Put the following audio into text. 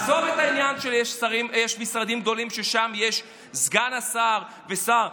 עזוב את העניין שיש משרדים גדולים ששם יש סגן שר ושר.